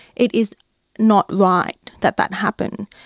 it is not right that that happened.